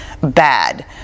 bad